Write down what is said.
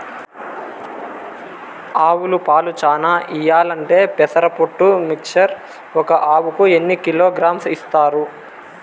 ఆవులు పాలు చానా ఇయ్యాలంటే పెసర పొట్టు మిక్చర్ ఒక ఆవుకు ఎన్ని కిలోగ్రామ్స్ ఇస్తారు?